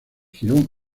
jirón